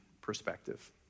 perspective